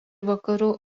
vakarų